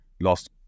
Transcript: lost